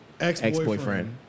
ex-boyfriend